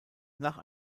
nach